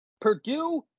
Purdue